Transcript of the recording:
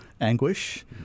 Anguish